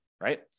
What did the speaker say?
right